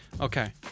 Okay